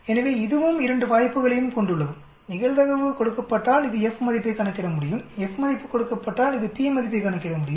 எனவே இதுவும் இரண்டு வாய்ப்புகளையும் கொண்டுள்ளது நிகழ்தகவு கொடுக்கப்பட்டால் இது F மதிப்பைக் கணக்கிட முடியும் F மதிப்பு கொடுக்கப்பட்டால் இது P மதிப்பைக் கணக்கிட முடியும்